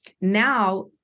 Now